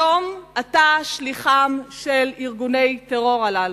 היום אתה שליחם של ארגוני הטרור הללו,